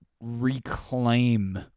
reclaim